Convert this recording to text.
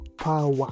power